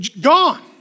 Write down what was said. Gone